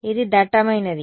ఇది దట్టమైనది